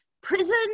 prison